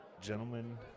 Gentlemen